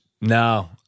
No